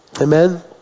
amen